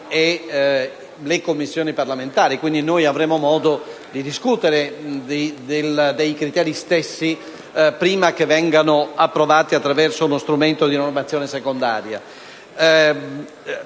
e le Commissioni parlamentari. Quindi, avremo modo di discutere dei criteri stessi prima che vengano approvati attraverso uno strumento di normazione secondaria.